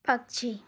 पक्षी